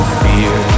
fear